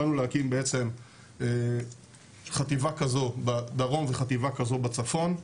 הרעיון הוא להקים בעצם חטיבה כזו בדרום וחטיבה כזו בצפון.